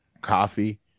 coffee